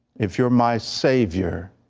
if you are my savior,